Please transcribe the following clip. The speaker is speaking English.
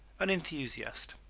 an enthusiast